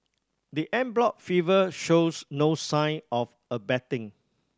the en bloc shows no sign of abating